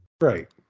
Right